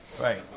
Right